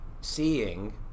seeing